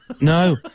No